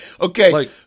okay